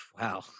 wow